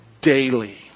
daily